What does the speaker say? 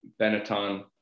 Benetton